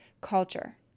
culture